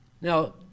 now